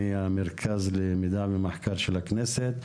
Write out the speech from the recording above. מהמרכז למידע ומחקר של הכנסת,